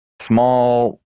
small